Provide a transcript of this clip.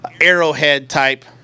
arrowhead-type